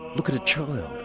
look at a child,